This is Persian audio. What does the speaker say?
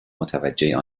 متوجه